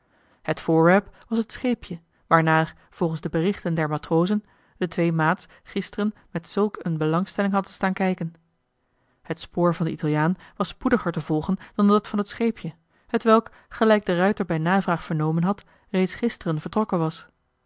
het voorwerp was het scheepje waarnaar volgens de berichten der matrozen de twee maats gisteren met zulk een belangstelling hadden staan kijken het spoor van den italiaan was spoediger te volgen dan dat van het scheepje hetwelk gelijk de ruijter bij navraag vernomen had reeds gisteren vertrokken was